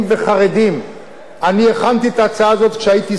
הכנתי את ההצעה הזאת כשהייתי שר,